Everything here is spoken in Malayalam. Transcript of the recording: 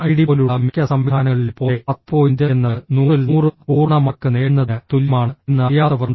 ഐഐടി പോലുള്ള മിക്ക സംവിധാനങ്ങളിലും പോലെ 10 പോയിന്റ് എന്നത് 100 ൽ 100 പൂർണ്ണ മാർക്ക് നേടുന്നതിന് തുല്യമാണ് എന്ന് അറിയാത്തവറുണ്ട്